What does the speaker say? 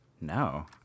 no